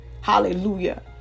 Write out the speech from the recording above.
hallelujah